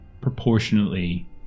proportionately